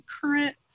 current